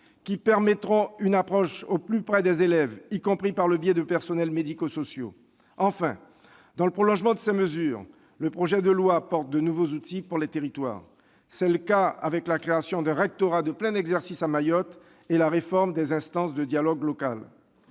qui permettront d'avoir une approche au plus près des élèves, y compris par le biais du personnel médico-social. Enfin, dans le prolongement de ces mesures, le projet de loi instaure de nouveaux outils pour les territoires. C'est le cas avec la création d'un rectorat de plein exercice à Mayotte et la réforme des instances locales